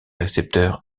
récepteurs